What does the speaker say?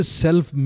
self